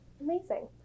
Amazing